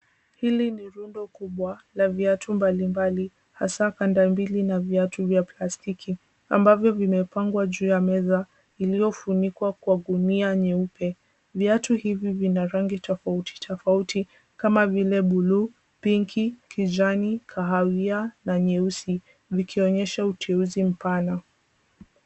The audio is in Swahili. Hili ni rundo kubwa la viatu mbalimbali hasa kanda mbili na viatu vya plastiki ambavyo vimepangwa juu ya meza, iliyofunikwa kwa gunia nyeupe. Viatu hivi vina rangi tofauti tofauti kama vile bluu, pinki, kijani, kahawia na nyeusi vikionyesha uteuzi mpana.